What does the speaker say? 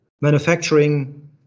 manufacturing